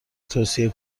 توصیه